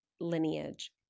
lineage